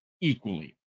equally